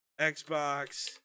Xbox